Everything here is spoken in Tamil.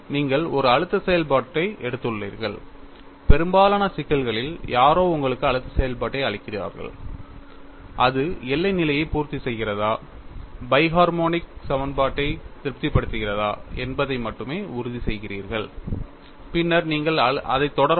நீங்கள் ஒரு அழுத்த செயல்பாட்டை எடுத்துள்ளீர்கள் பெரும்பாலான சிக்கல்களில் யாரோ உங்களுக்கு அழுத்த செயல்பாட்டை அளிக்கிறார்கள் அது எல்லை நிலையை பூர்த்திசெய்கிறதா phi ஹர்மொனிக் bi பெரிய harmonic சமன்பாட்டை திருப்திப்படுத்துகிறதா என்பதை மட்டுமே உறுதிசெய்கிறீர்கள் பின்னர் நீங்கள் அதைத் தொடரவும்